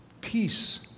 peace